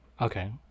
okay